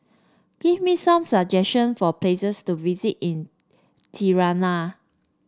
give me some suggestion for places to visit in Tirana